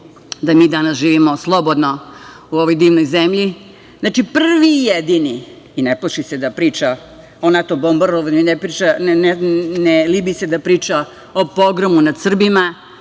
da mi danas živimo slobodno u ovoj divnoj zemlji. Znači, prvi i jedini i ne plaši se da priča o NATO bombardovanju i ne libi se da priča o pogromu nad Srbima